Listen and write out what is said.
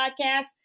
podcast